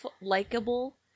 likable